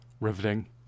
riveting